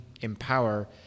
empower